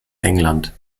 england